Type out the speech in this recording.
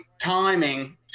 timing